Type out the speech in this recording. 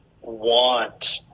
want –